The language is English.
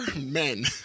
men